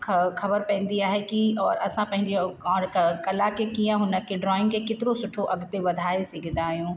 ख ख़बर पवंदी आहे कि और असां पंहिंजी और हिक कला खे कीअं हुनखे ड्रॉइंग खे केतिरो सुठो अॻिते वधाए सघंदा आहियूं और